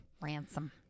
Ransom